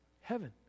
heaven